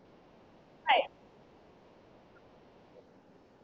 like